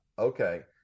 Okay